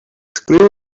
screw